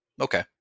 okay